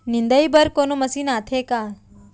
निंदाई बर कोनो मशीन आथे का?